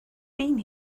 been